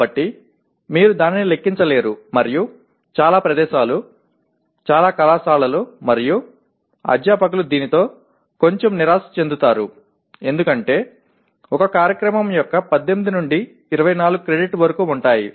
కాబట్టి మీరు దానిని లెక్కించలేరు మరియు చాలా ప్రదేశాలు చాలా కళాశాలలు మరియు అధ్యాపకులు దీనితో కొంచెం నిరాశ చెందుతారు ఎందుకంటే ఒక కార్యక్రమం యొక్క 18 నుండి 24 క్రెడిట్ల వరకు ఉంటాయి